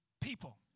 people